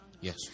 Yes